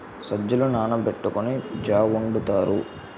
సజ్జలు నానబెట్టుకొని జా వొండుతారు